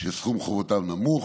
שסכום חובותיו נמוך.